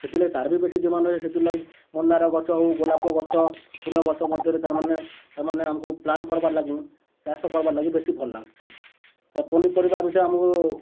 ସେଥିର୍ଲାଗି ତା'ର୍ ବି ବେଶୀ ଡିମାଣ୍ଡ୍ ଅଛେ ସେଥିର୍ଲାଗି ମନ୍ଦାର ଗଛ ହଉ ଗୋଲାପ ଗଛ ଫୁଲ ଗଛ ମଧ୍ୟରେ ତା'ର୍ମାନେ ତା'ର୍ମାନେ ଆମ୍କୁ ପ୍ଲାନ୍ କର୍ବାର୍ ଲାଗି ଚାଷ୍ କର୍ବାର୍ ଲାଗି ବେଶୀ ଭଲ୍ ଲାଗ୍ସି ପନିପରିବା ବିଷୟରେ ଆମ୍କୁ